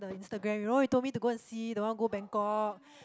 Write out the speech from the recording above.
the Instagram you know you told me to go and see the one go Bangkok